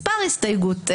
מספר הסתייגות.